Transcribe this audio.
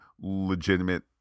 legitimate